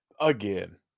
again